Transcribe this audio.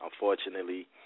unfortunately